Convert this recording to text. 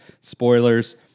Spoilers